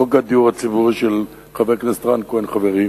חוק הדיור הציבורי של חבר הכנסת רן כהן חברי,